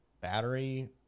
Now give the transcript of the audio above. battery